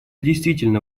действительно